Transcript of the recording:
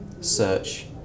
search